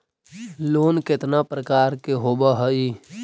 Loan केतना प्रकार के होव हइ?